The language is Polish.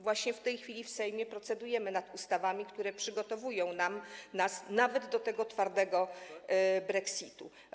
Właśnie w tej chwili w Sejmie procedujemy nad ustawami, które przygotowują nas nawet do tego twardego brexitu.